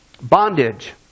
bondage